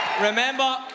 Remember